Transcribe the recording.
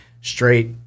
straight